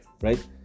Right